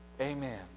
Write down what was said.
Amen